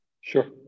Sure